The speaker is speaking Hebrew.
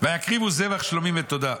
"ויקריבו זבח שלמים ותודה.